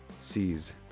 sees